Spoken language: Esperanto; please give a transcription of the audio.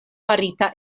farita